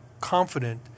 confident